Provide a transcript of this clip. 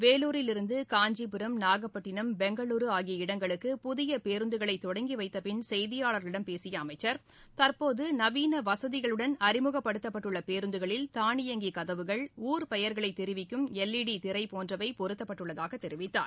வேலூரில் இருந்து காஞ்சிபுரம் நாகப்பட்டினம் பெங்களுரு ஆகிய இடங்களுக்கு புதிய பேருந்துகளை தொடங்கிவைத்த பின் செய்தியாளர்களிடம் பேசிய அமைச்சர் தற்போது நவீன வசதிகளுடன் அறிமுகப்படுத்தப்பட்டுள்ள பேருந்துகளில் தானியங்கி கதவுகள் ஊர் பெயர்களை தெரிவிக்கும் எல் ஈ டி திரை போன்றவை பொருத்தப்பட்டுள்ளதாக தெரிவித்தார்